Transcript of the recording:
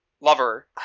lover